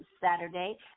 Saturday